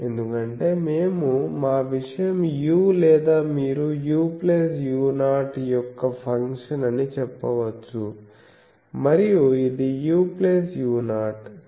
ఎందుకంటే మేము మా విషయం u లేదా మీరు uu0 యొక్క ఫంక్షన్ అని చెప్పవచ్చు మరియు ఇది uu0